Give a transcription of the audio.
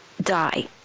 die